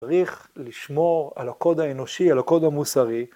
צריך לשמור על הקוד האנושי, על הקוד המוסרי